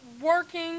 Working